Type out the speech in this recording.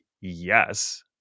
yes